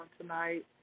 tonight